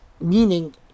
meaning